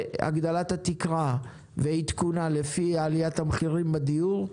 והגדלת התקרה ועדכונה לפי עליית המחירים בדיור,